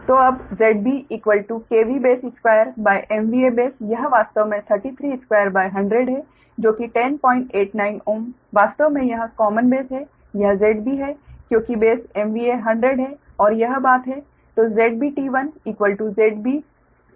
तो अब ZBKVBase2 MVAbase यह वास्तव में 332100 है जो कि 1089 Ω वास्तव मे यह कॉमन बेस है यह ZB है क्योंकि बेस MVA 100 है और यह बात है